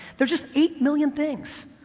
there's just eight million things.